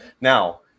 now